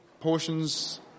portions